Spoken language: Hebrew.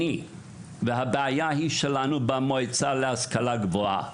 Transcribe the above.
הבעיה היא שלנו, במועצה להשכלה גבוהה: